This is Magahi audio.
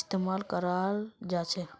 इस्तमाल कराल जाछेक